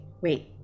wait